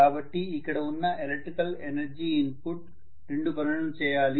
కాబట్టి ఇక్కడ ఉన్న ఎలక్ట్రికల్ ఎనర్జీ ఇన్పుట్ రెండు పనులను చేయాలి